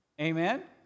Amen